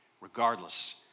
regardless